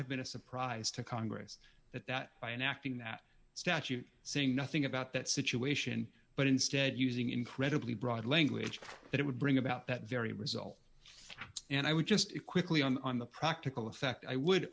have been a surprise to congress that that by enacting that statute saying nothing about that situation but instead using incredibly broad language that it would bring about that very result and i would just it quickly on the practical effect i would